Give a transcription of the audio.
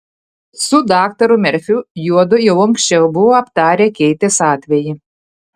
su daktaru merfiu juodu jau anksčiau buvo aptarę keitės atvejį